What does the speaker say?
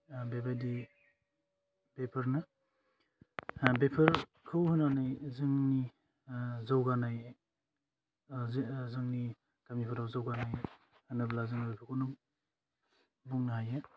आह बेबायदि बेफोरनो आह बेफोरखौ होनानै जोंनि ओह जौगानाय ओह जो जोंनि गामिफोराव जौगानाय होनोब्ला जोङो बेफोखौनोम बुंनो हायो